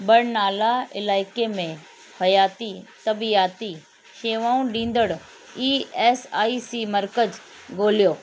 बरनाला इलाइक़े में हयाती तबयाति शेवाऊं ॾींदड़ ई एस आई सी मर्कज़ु ॻोल्हियो